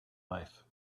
life